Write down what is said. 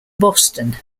boston